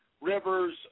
Rivers